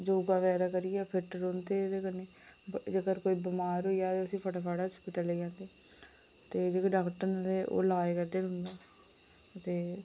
योगा बगैरा करियै फिट रौंह्दे ते खन्नै जेकर कोई बमार होई जाए ते उसी फटोफट अस्पिटल लेई जंदे ते जेह्के डाक्टर न ते ओङ् लाज करदे ते